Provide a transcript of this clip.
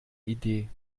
idee